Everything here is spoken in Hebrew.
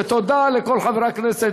ותודה לכל חברי הכנסת